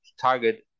target